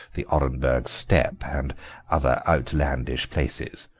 the orenburg steppe, and other outlandish places.